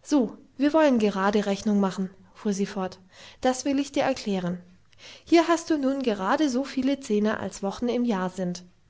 so wir wollen gerade rechnung machen fuhr sie fort das will ich dir erklären hier hast du nun gerade so viele zehner als wochen im jahre sind